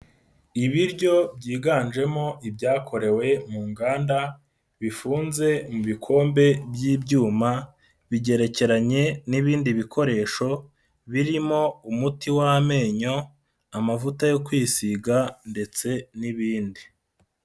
Ibiryo byiganjemo ibyakorewe mu nganda, bifunze mu bikombe by'ibyuma, bigerekeranye n'ibindi bikoresho birimo umuti w'amenyo, amavuta yo kwisiga ndetse n'ibindi.